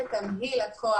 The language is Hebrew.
אתה לא נכנס לחדר